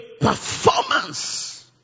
performance